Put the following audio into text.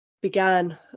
began